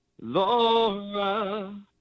Laura